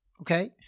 okay